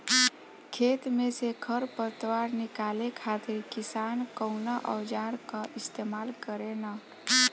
खेत में से खर पतवार निकाले खातिर किसान कउना औजार क इस्तेमाल करे न?